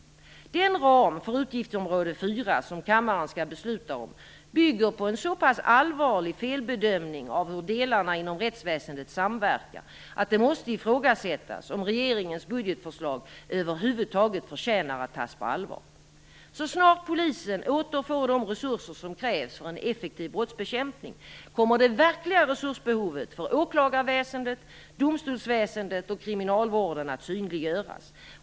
Den ram för utgiftsområde fyra som kammaren skall besluta om bygger på en på pass allvarlig felbedömning av hur delarna inom rättsväsendet samverkar att det måste ifrågasättas om regeringens budgetförslag över huvud taget förtjänar att tas på allvar. Så snart polisen åter får de resurser som krävs för en effektiv brottsbekämpning kommer det verkliga resursbehovet för åklagarväsendet, domstolsväsendet och kriminalvården att synliggöras.